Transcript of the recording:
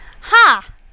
Ha